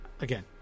Again